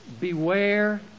Beware